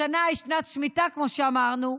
השנה היא שנת שמיטה, כמו שאמרנו,